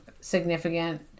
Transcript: significant